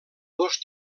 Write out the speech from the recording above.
dos